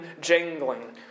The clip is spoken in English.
jangling